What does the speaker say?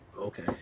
Okay